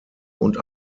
und